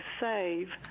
save